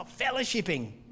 fellowshipping